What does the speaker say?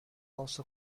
also